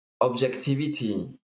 objectivity